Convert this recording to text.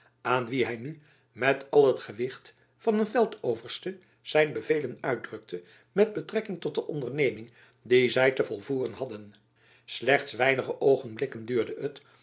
aan wie hy nu met al het gewicht van een veldoverste zijn bevelen uitdrukte met betrekking tot de onderneming die zy te volvoeren hadden slechts weinige oogenblikken duurde het